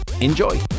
Enjoy